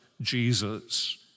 Jesus